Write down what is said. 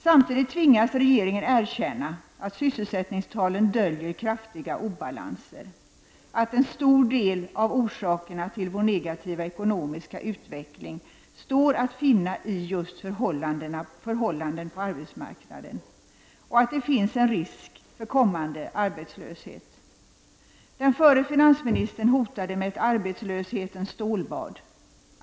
Samtidigt har regeringen tvingats erkänna att sysselsättningstalen döljer kraftiga obalanser, att en stor del av orsakerna till vår negativa ekonomiska utveckling står att finna i just förhållandena på arbetsmarknaden samt att det finns risk för en kommande arbetslöshet. Den förre finansministern hotade med ett ”arbetslöshetens stålbad”.